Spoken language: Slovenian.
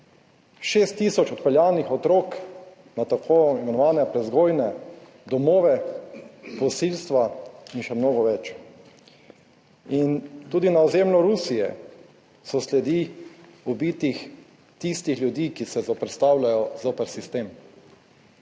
6 tisoč odpeljanih otrok na tako imenovane prevzgojne domove, posilstva in še mnogo več. In tudi na ozemlju Rusije so sledi ubitih tistih ljudi, ki se zoperstavljajo zoper sistem.